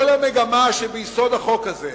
כל המגמה שביסוד החוק הזה,